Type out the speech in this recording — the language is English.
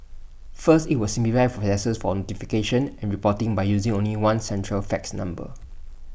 first IT will simplify processes for notification and reporting by using only one central fax number